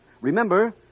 Remember